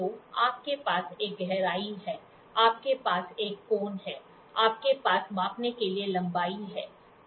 तो आपके पास एक गहराई है आपके पास एक कोण है आपके पास मापने के लिए लंबाई है